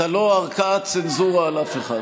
אתה לא ערכאת צנזורה על אף אחד.